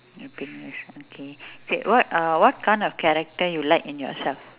happiness okay say what uh what kind of character you like in yourself